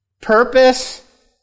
purpose